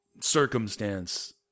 circumstance